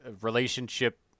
relationship